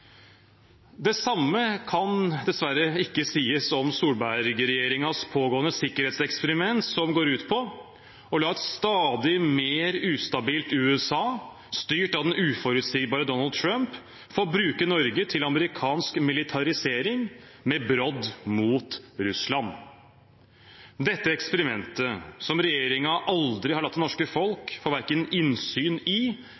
Det samme kan dessverre ikke sies om Solberg-regjeringens pågående sikkerhetseksperiment, som går ut på å la et stadig mer ustabilt USA, styrt av den uforutsigbare Donald Trump, få bruke Norge til amerikansk militarisering med brodd mot Russland. Dette eksperimentet, som regjeringen aldri har latt det norske folk verken få innsyn i